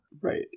Right